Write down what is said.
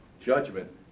Judgment